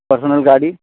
personal गाड़ी